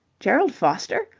gerald foster?